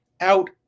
out